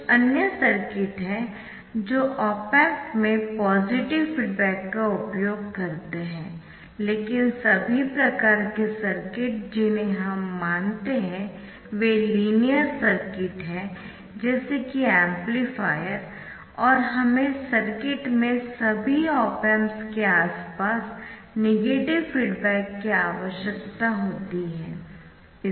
कुछ अन्य सर्किट है जो ऑप एम्प में पॉजिटिव फीडबैक का उपयोग करते है लेकिन सभी प्रकार के सर्किट जिन्हें हम मानते है वे लिनियर सर्किट है जैसे कि एम्पलीफायर और हमें सर्किट में सभी ऑप एम्प्स के आसपास नेगेटिव फीडबैक की आवश्यकता होती है